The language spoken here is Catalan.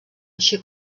així